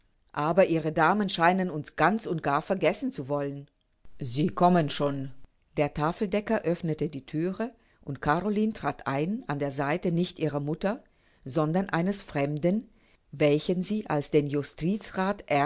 aber ihre damen scheinen uns ganz und gar vergessen zu wollen sie kommen schon der tafeldecker öffnete die thüre und caroline trat ein an der seite nicht ihrer mutter sondern eines fremden welchen sie als den justizrath